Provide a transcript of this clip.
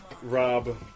Rob